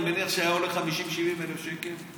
אני מניח שהיה עולה 70,000-50,000 שקל.